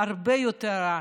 הרבה יותר רע.